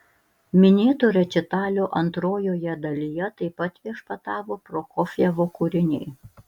minėto rečitalio antrojoje dalyje taip pat viešpatavo prokofjevo kūriniai